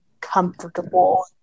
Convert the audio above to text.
comfortable